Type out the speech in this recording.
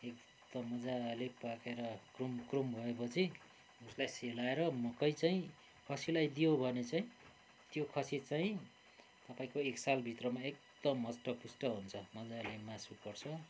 एकदम मजाले पाकेर कुरुम कुरुम भएपछि उसलाई सेलाएर मकै चाहिँ खसीलाई दियो भने चाहिँ त्यो खसी चाहिँ तपाईँको एक सालभित्रमा एकदम हस्टपुस्ट हुन्छ मजाले मासु बढ्छ